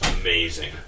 Amazing